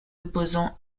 opposants